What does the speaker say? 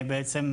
בעצם,